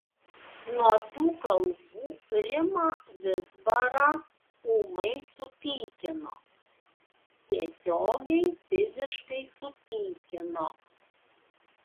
nuo tų kalbų rimą vizbarą ūmai supykino tiesiogiai fiziškai supykino